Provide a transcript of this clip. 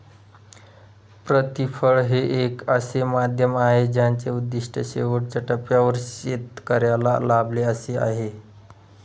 प्रतिफळ हे एक असे माध्यम आहे ज्याचे उद्दिष्ट शेवटच्या टप्प्यावर शेतकऱ्याला लाभावे असे आहे